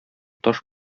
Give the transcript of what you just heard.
таш